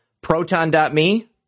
Proton.me